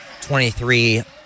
23